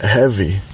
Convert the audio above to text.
heavy